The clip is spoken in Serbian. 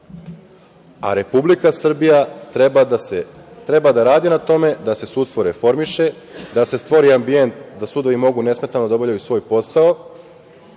a Republika Srbija treba da radi na tome da se sudstvo reformiše, da se stvori ambijent da sudovi mogu nesmetano da obavljaju svoj posao,